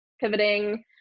pivoting